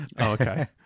Okay